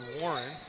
Warren